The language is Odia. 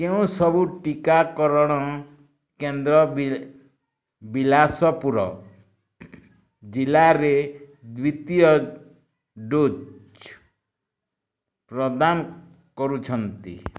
କେଉଁ ସବୁ ଟିକାକରଣ କେନ୍ଦ୍ର ବିଳାସପୁର ଜିଲ୍ଲାରେ ଦ୍ୱିତୀୟ ଡୋଜ୍ ପ୍ରଦାନ କରୁଛନ୍ତି